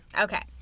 Okay